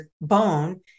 bone